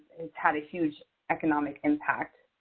it's had a huge economic impact.